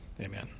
Amen